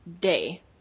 day